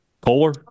Kohler